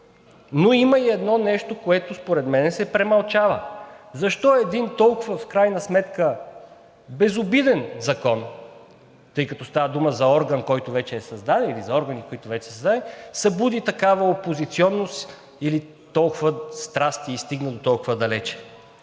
но има и едно нещо, което според мен се премълчава: защо един толкова, в крайна сметка, безобиден закон, тъй като става дума за орган, който вече е създаден, или за органи, които вече са създадени, събуди такава опозиционност или толкова страсти и стигна до толкова далече?